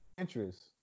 interest